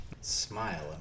Smile